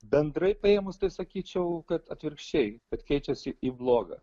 bendrai paėmus tai sakyčiau kad atvirkščiai kad keičiasi į bloga